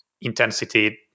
intensity